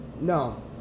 no